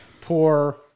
poor